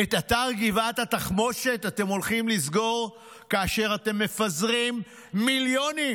את אתר גבעת התחמושת אתם הולכים לסגור כאשר אתם מפזרים מיליונים,